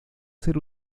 ser